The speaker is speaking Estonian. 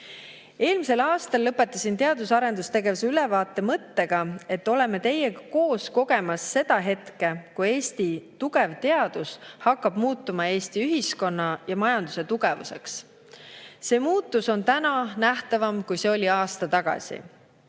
ole. Eelmisel aastal ma lõpetasin teadus- ja arendustegevuse ülevaate mõttega, et oleme teiega koos kogemas seda hetke, kui Eesti tugev teadus hakkab muutuma Eesti ühiskonna ja majanduse tugevuseks. See muutus on täna nähtavam, kui see oli aasta tagasi.